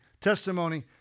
Testimony